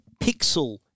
Pixel